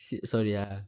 si~ sorry ah